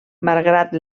malgrat